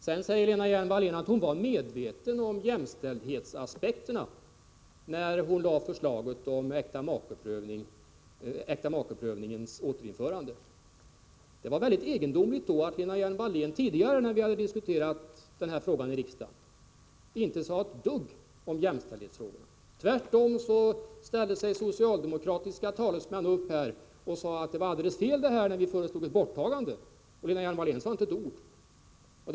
Lena Hjelm-Wallén säger att hon var medveten om jämställdhetsaspekterna när hon framlade förslaget om äkta makeprövningens återinförande. Det är då egendomligt att Lena Hjelm-Wallén inte sade ett dugg om jämställdhetsfrågorna när vi tidigare diskuterade den frågan i riksdagen. Tvärtom ställde sig socialdemokratiska talesmän upp och sade att det var alldeles fel när vi föreslog ett borttagande av äkta makeprövningen, och Lena Hjelm Wallén sade då inte ett ord.